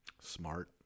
Smart